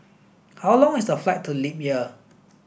how long is the flight to Libya